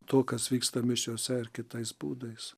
to kas vyksta mišiose ar kitais būdais